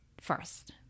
first